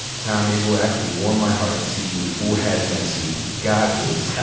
tom, it will actually warm my heart to see you full haz mat suit, goggles,